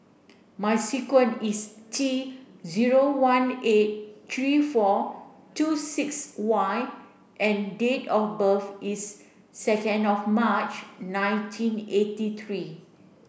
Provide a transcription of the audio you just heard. my sequence is T zero one eight three four two six Y and date of birth is second of March nineteen eighty three